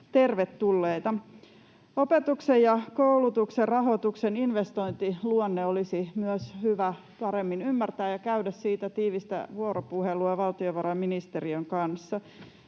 tervetulleita. Opetuksen ja koulutuksen rahoituksen investointiluonne olisi myös hyvä paremmin ymmärtää ja käydä siitä tiivistä vuoropuhelua valtiovarainministeriön kanssa.